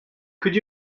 could